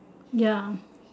ya